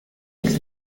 del